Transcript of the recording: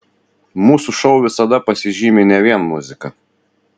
mūsų šou visada pasižymi ne vien muzika